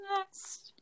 Next